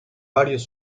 varios